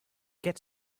get